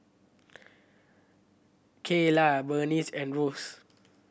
Kaylah Bernice and Ross